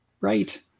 Right